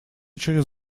через